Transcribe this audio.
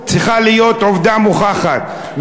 צריכה להיות עובדה מוכחת,